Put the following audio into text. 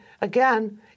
again